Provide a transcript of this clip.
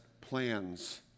plans